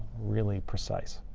really precise.